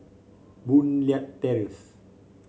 Boon Leat Terrace